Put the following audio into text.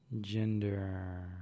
Gender